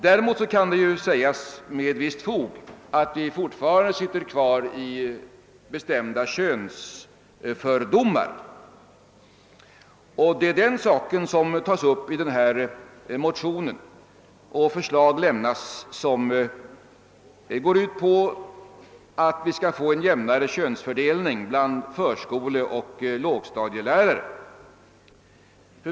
Däremot kan det med visst fog sägas att vi fortfarande sitter kvar i bestämda könsfördomar, och det är den saken som tas upp i vårt motionspar. Där framläggs förslag som går ut på en jämnare könsfördelning bland förskoleoch lågstadielärare.